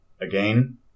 again